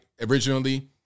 originally